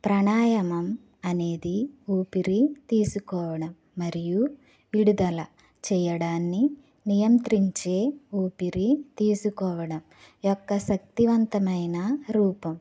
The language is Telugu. ప్రాణాయమం అనేది ఊపిరి తీసుకోవడం మరియు విడుదల చేయడాన్ని నియంత్రించే ఊపిరి తీసుకోవడం యొక్క శక్తివంతమైన రూపం